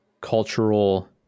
cultural